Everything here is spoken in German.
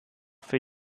für